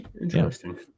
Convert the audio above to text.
interesting